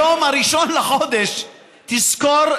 היום ה-1 לחודש, תזכור,